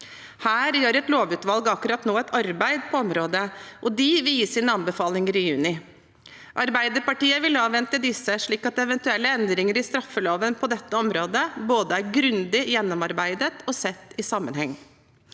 Her gjør et lovutvalg akkurat nå et arbeid på området, og de vil gi sine anbefalinger i juni. Arbeiderpartiet vil avvente disse, slik at eventuelle endringer i straffeloven på dette området både er grundig gjennomarbeidet og sett i sammenheng.